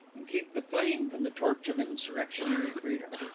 and keep the flame from the torch of insurrectionary freedom.